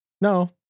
no